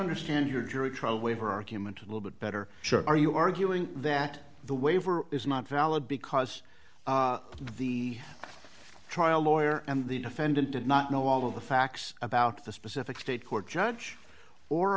understand your jury trial waiver argument a little bit better are you arguing that the waiver is not valid because the trial lawyer and the defendant did not know all the facts about the specific state court judge or